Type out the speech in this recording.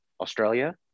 Australia